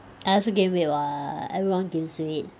I also gain weight [what] everyone gains weight